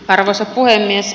arvoisa puhemies